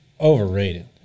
Overrated